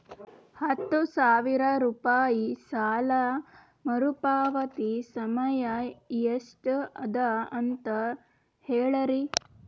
ಹತ್ತು ಸಾವಿರ ರೂಪಾಯಿ ಸಾಲ ಮರುಪಾವತಿ ಸಮಯ ಎಷ್ಟ ಅದ ಅಂತ ಹೇಳರಿ?